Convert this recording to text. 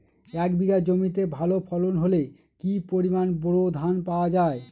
এক বিঘা জমিতে ভালো ফলন হলে কি পরিমাণ বোরো ধান পাওয়া যায়?